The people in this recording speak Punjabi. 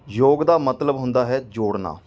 ਯੋਗ ਦਾ ਮਤਲਬ ਹੁੰਦਾ ਹੈ ਜੋੜਨਾ